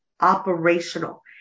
operational